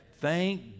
Thank